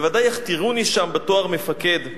בוודאי יכתירוני שם בתואר מפקד,